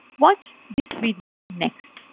watch this video next.